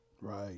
right